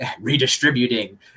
redistributing